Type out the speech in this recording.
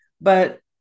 but-